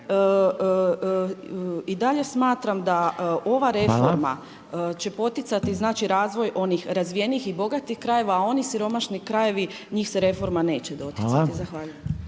i dalje smatram da ova reforma će poticati znači razvoj onih razvijenijih i bogatih krajeva a oni siromašni krajevi njih se reforma neće doticati. Zahvaljujem.